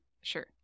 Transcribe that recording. Sure